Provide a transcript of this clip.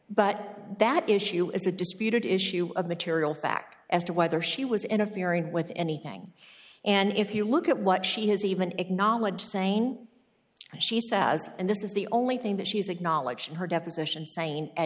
but that issue is a disputed issue of material fact as to whether she was interfering with anything and if you look at what she has even acknowledged saying she says and this is the only thing that she has acknowledged in her deposition saying at